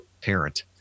parent